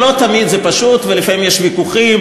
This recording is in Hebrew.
לא תמיד זה פשוט, ולפעמים יש ויכוחים.